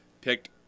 picked